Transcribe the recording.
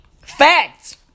Facts